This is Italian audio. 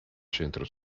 centro